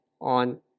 on